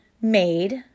made